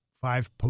five